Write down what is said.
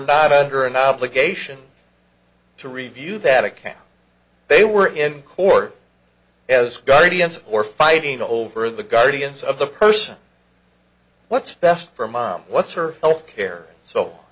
not under an obligation to review that account they were in court as guardians or fighting over the guardians of the person what's best for mom what's her health care so